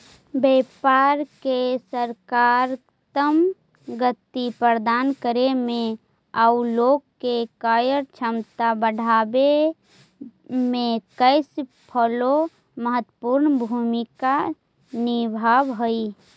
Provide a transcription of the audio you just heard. व्यापार के सकारात्मक गति प्रदान करे में आउ लोग के क्रय क्षमता बढ़ावे में कैश फ्लो महत्वपूर्ण भूमिका निभावऽ हई